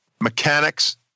mechanics